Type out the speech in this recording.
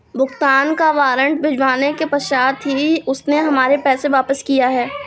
भुगतान का वारंट भिजवाने के पश्चात ही उसने हमारे पैसे वापिस किया हैं